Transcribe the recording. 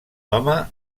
home